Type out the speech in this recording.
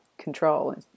control